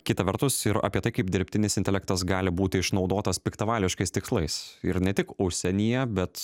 kita vertus ir apie tai kaip dirbtinis intelektas gali būti išnaudotas piktavališkais tikslais ir ne tik užsienyje bet